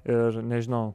ir nežinau